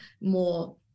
more